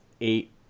eight